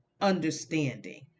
understanding